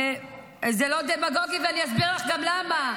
העבודה לא עושים --- זה לא דמגוגי ואני אסביר לך גם למה.